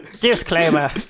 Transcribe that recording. Disclaimer